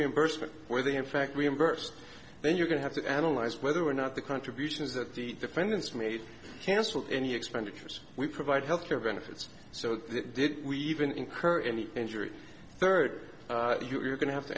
reimbursement where they in fact reimburse then you're going to have to analyze whether or not the contributions that the defendants made cancel any expenditures we provide health care benefits so did we even encourage any injury third you're going to have to